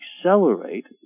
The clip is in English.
accelerate